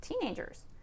teenagers